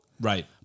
Right